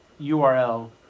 URL